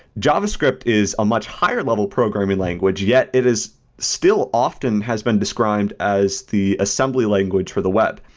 javascript is a much higher level programming language, yet it is still often has been described as the assembly language for the web.